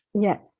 yes